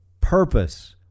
purpose